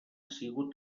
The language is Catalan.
sigut